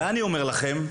ואני אומר לכם,